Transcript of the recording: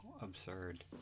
absurd